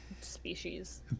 species